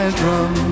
drum